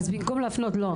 אז במקום להפנות לא,